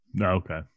Okay